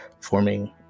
forming